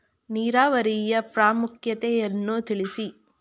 ನೀರಾವರಿಯ ಪ್ರಾಮುಖ್ಯತೆ ಯನ್ನು ತಿಳಿಸಿ?